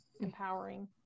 empowering